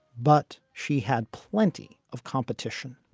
but she had plenty of competition